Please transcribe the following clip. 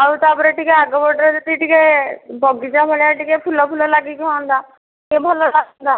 ଆଉ ତାପରେ ଟିକେ ଆଗ ପଟରେ ଯଦି ଟିକେ ବଗିଚା ଭଳିଆ ଟିକେ ଫୁଲ ଫୁଲ ଲାଗିକି ହୁଅନ୍ତା ଟିକେ ଭଲ ଲାଗନ୍ତା